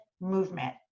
movement